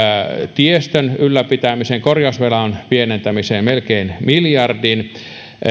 tiestön ylläpitämisen korjausvelan pienentämiseen melkein miljardin